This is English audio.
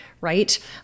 right